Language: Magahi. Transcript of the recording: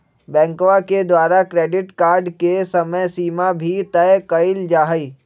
बैंकवा के द्वारा क्रेडिट कार्ड के समयसीमा भी तय कइल जाहई